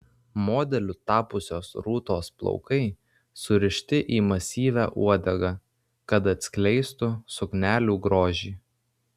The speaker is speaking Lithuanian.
modeliu tapusios rūtos plaukai surišti į masyvią uodegą kad atskleistų suknelių grožį